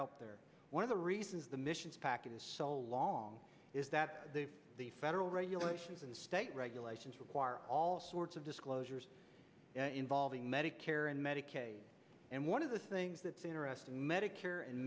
there one of the reasons the missions package is so long is that the federal regulations and state regulations require all sorts of disclosures involving medicare and medicaid and one of the things that's interesting medicare and